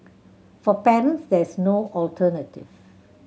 for parents there is no alternative